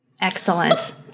Excellent